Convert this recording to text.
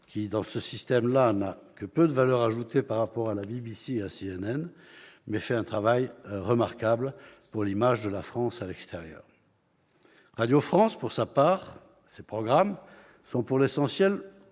qui, dans ce système-là, n'a que peu de valeur ajoutée par rapport à la BBC et à CNN, fait un travail remarquable pour l'image de la France à l'extérieur. Les programmes de Radio France sont, pour l'essentiel,